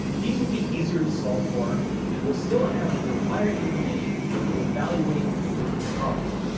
these will be easier to solve for, and we'll still have the required information to evaluate the original problem.